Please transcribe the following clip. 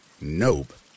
nope